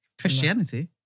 Christianity